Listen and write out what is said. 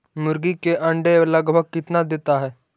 मुर्गी के अंडे लगभग कितना देता है?